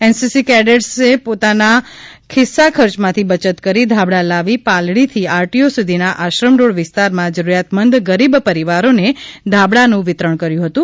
NCC કેડેટસે પોતાના ખિસ્સા ખર્ચમાંથી બચત કરી ગરમ ધાબળા લાવી પાલડીથી આરટીઓ સુધીના આશ્રમ રોડ વિસ્તારમાં જરૂરિયાતમંદ ગરીબ પરિવારોને ધાબળાનું વિતરણ કર્યું હતું